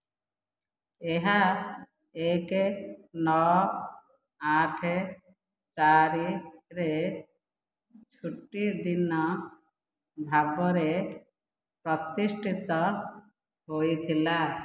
ଏହା ଏକ ନଅ ଆଠ ଚାରିରେ ଛୁଟିଦିନ ଭାବରେ ପ୍ରତିଷ୍ଠିତ ହୋଇଥିଲା